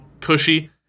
cushy